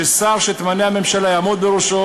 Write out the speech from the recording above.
ששר שתמנה הממשלה יעמוד בראשו.